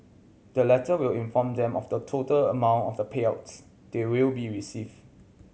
the letter will inform them of the total amount of payouts they will be receive